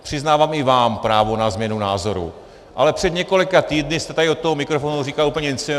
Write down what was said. Přiznávám i vám právo na změnu názoru, ale před několika týdny jste tady od toho mikrofonu říkal něco úplně jiného.